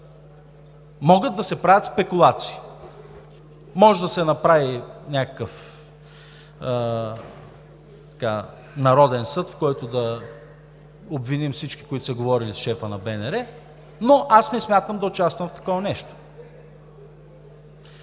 Могат да се правят спекулации, може да се направи някакъв народен съд, в който да обвиним всички, които са говорили с шефа на БНР, но аз не смятам да участвам в такова нещо.